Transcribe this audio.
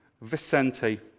Vicente